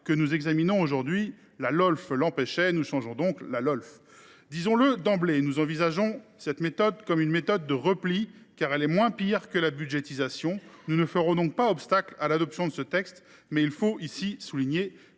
que nous examinons aujourd’hui. La Lolf l’empêchant, nous changeons la Lolf. Disons le d’emblée, nous envisageons cette méthode comme une méthode de repli ; elle est certes « moins pire » que la budgétisation, nous ne ferons donc pas obstacle à son adoption, mais il faut ici souligner